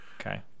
Okay